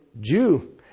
Jew